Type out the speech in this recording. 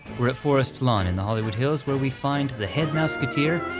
we're at forest lawn in the hollywood hills where we find the head mouseketeer,